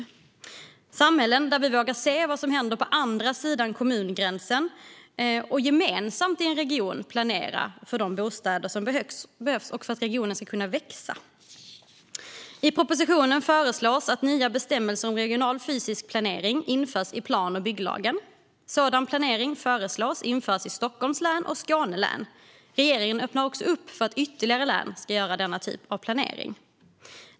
Det är samhällen där vi vågar se vad som händer på andra sidan kommungränsen och gemensamt i en region planera för de bostäder som behövs och för att regionen ska kunna växa. I propositionen föreslås att nya bestämmelser om regional fysisk planering införs i plan och bygglagen. Sådan planering föreslås införas i Stockholms län och Skåne län. Regeringen öppnar också för att ytterligare län ska göra denna typ av planering.